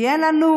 כי אין לנו